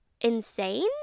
insane